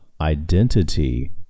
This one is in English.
identity